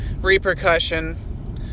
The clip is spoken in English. repercussion